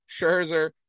Scherzer